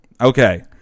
okay